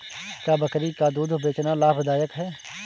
क्या बकरी का दूध बेचना लाभदायक है?